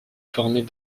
formées